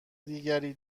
دیگری